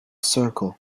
circle